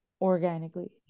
organically